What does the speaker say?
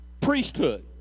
priesthood